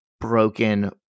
broken